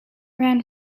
ran